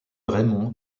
raymond